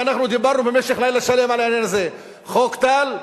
ודיברנו במשך לילה שלם על העניין הזה: חוק טל,